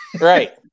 Right